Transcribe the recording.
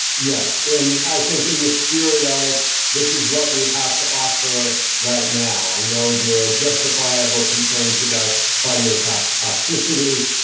yes. in, i think in the spirit of this is what we have to offer right now. i know there are justifiable concerns about cardo toxicity.